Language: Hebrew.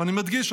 ואני מדגיש,